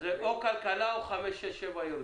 או כלכלה או שסעיפים 5,6,7 יורדים.